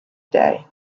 day